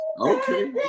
Okay